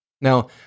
Now